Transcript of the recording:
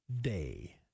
Day